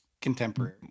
contemporary